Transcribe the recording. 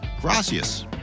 gracias